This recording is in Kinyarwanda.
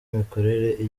mikorere